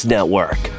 Network